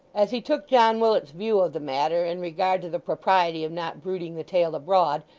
as he took john willet's view of the matter in regard to the propriety of not bruiting the tale abroad,